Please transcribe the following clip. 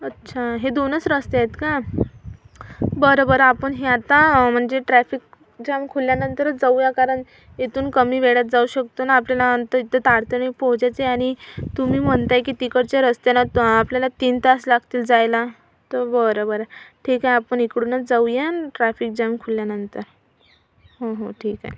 अच्छा हे दोनच रस्ते आहेत का बरं बरं आपण हे आता म्हणजे ट्रॅफिक जाम खुलल्यानंतरच जाऊ या कारण इथून कमी वेळेत जाऊ शकतो ना आपल्याला तर इथं तातडीने पोहचायचं आहे आणि तुम्ही म्हणत आहे की तिकडच्या रस्त्याला आपल्याला तीन तास लागतील जायला तर बरं बरं ठीक आहे आपण इकडूनच जाऊ या ट्रॅफिक जाम खुलल्यानंतर हो हो ठीक आहे